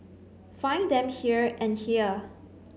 find them here and here